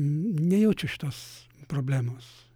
n nejaučiu šitos problemos